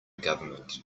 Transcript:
government